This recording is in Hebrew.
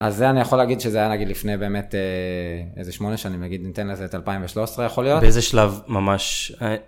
אז זה אני יכול להגיד שזה היה נגיד לפני באמת איזה שמונה שנים נגיד ניתן לזה את 2013 יכול להיות. באיזה שלב ממש.